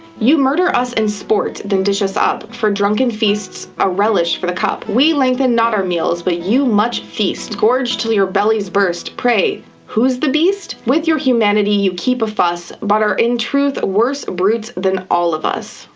you murder us and sport, then dish us up for drunken feasts, a relish for the cup. we lengthen not our meals but you much feast gorge till your bellies burst pray, who's the beast? with your humanity you keep a fuss, but are in truth worse brutes than all of us.